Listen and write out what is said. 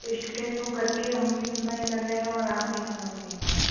तो इस्टुडेंट होकर के हम भी इतना ही कर रहे हैं और आप भी समझ नहीं पा रहे